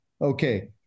okay